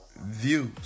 views